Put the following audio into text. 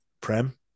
prem